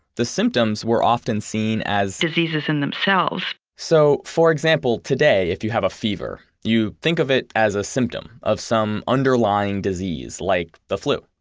the symptoms were often seen as, diseases in themselves so for example, today, if you have a fever, you think of it as a symptom of some underlying disease like the flu.